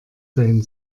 sein